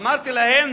אמרתי להם: